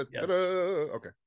Okay